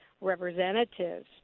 representatives